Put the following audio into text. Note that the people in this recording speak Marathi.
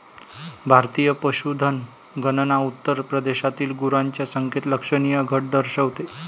भारतीय पशुधन गणना उत्तर प्रदेशातील गुरांच्या संख्येत लक्षणीय घट दर्शवते